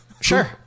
Sure